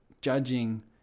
judging